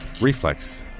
Reflex